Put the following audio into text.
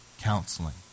counseling